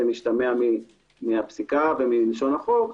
זה משתמע מהפסיקה ומלשון החוק,